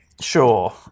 Sure